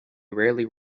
rarely